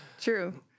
True